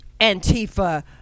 Antifa